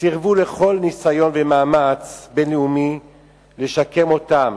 סירבו לכל ניסיון ומאמץ בין-לאומי לשקם אותם,